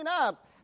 up